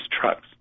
trucks